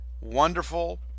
wonderful